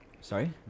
Sorry